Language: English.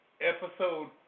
Episode